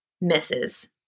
misses